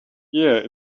yeah